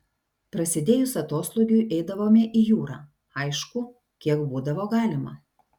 prasidėjus atoslūgiui eidavome į jūrą aišku kiek būdavo galima